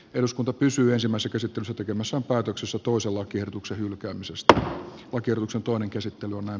eduskunta pysyä samassa kysytty tekemässä päätöksessä tuusa lakiehdotuksen hylkäämisestä on kierroksen toinen käsittely on